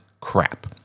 crap